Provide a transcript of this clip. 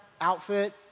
outfit